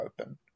open